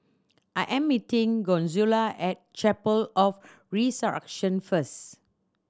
I am meeting Consuela at Chapel of the Resurrection first